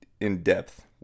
in-depth